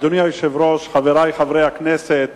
אדוני היושב-ראש, חברי חברי הכנסת,